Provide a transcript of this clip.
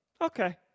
Okay